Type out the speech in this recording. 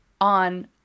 on